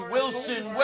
Wilson